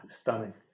stunning